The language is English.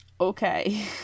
Okay